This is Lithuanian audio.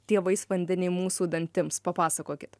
tie vandendeniai mūsų dantims papasakokit